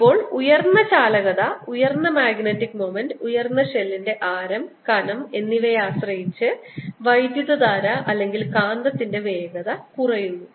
ഇപ്പോൾ ഉയർന്ന ചാലകത ഉയർന്ന മാഗ്നെറ്റിക് മൊമെൻറ് ഉയർന്ന ഷെല്ലിന്റെ ആരം കനം എന്നിവയെ ആശ്രയിച്ച് വൈദ്യുതധാര അല്ലെങ്കിൽ കാന്തത്തിന്റെ വേഗത കുറയുന്നു